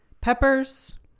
peppers